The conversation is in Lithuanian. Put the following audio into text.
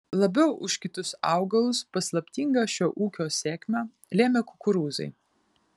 labiau už kitus augalus paslaptingą šio ūkio sėkmę lėmė kukurūzai